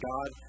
God